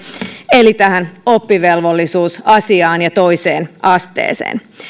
eli tähän oppivelvollisuusasiaan ja toiseen asteeseen